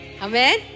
Amen